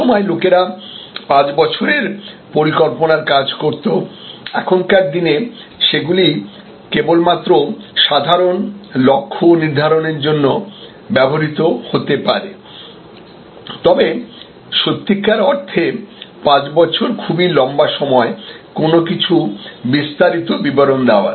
এক সময় লোকেরা 5 বছরের পরিকল্পনার কাজ করত এখনকার দিনে সেগুলি কেবলমাত্র সাধারণ লক্ষ্য নির্ধারণের জন্য ব্যবহৃত হতে পারে তবে সত্যিকার অর্থে 5 বছর খুবই লম্বা সময় কোন কিছু বিস্তারিত বিবরণ দেওয়ার